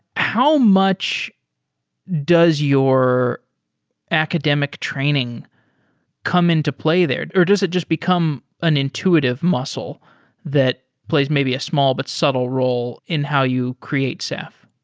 how much does your academic training come into play there, or does it just become an intuitive muscle that plays maybe a small but subtle role in how you create ceph?